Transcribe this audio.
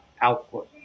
output